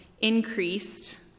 increased